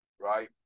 right